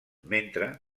mentre